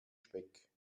speck